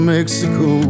Mexico